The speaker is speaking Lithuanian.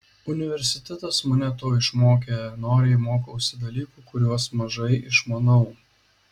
universitetas mane to išmokė noriai mokausi dalykų kuriuos mažai išmanau